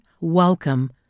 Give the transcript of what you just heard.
welcome